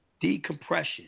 decompression